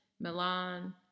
Milan